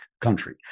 country